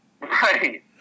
Right